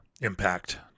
impact